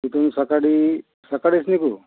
इथून सकाडी सकाडीच निघू